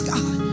God